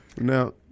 Now